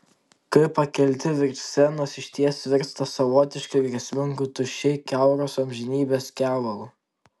kai pakelti virš scenos išties virsta savotiškai grėsmingu tuščiai kiauros amžinybės kevalu